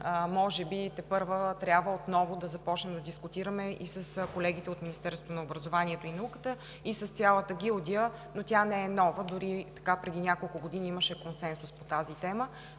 може би тепърва трябва отново да започнем да дискутираме и с колегите от Министерството на образованието и науката, и с цялата гилдия, тя не е нова. Дори преди няколко години имаше консенсус по тази тема.